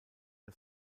der